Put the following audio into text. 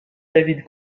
david